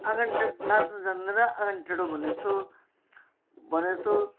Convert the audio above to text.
आँगन टे नाच्न जान्दैन आँगन टेढो जस्तो भने जस्तो भने जस्तो